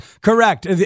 Correct